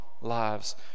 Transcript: lives